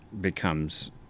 becomes